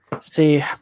See